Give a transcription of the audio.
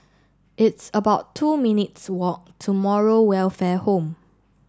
it's about two minutes' walk to Moral Welfare Home